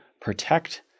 protect